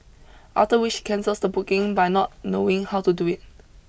after which he cancels the booking by not knowing how to do it